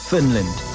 Finland